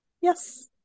Yes